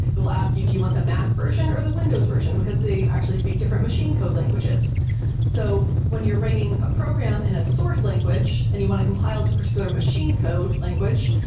will ask you, do you want the mac version or the windows version? because they actually speak different machine code languages so when you're writing a program in a source language and you want to compile two particular machine code language.